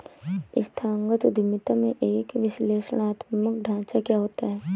संस्थागत उद्यमिता में एक विश्लेषणात्मक ढांचा क्या होता है?